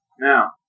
Now